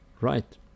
Right